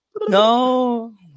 No